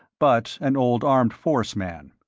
but an old armed force man.